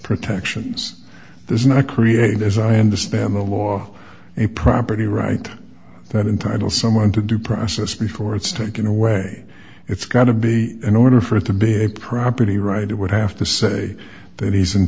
protections there's not created as i understand the law a property rights that entitle someone to due process before it's taken away it's got to be in order for it to be a property right it would have to say that he's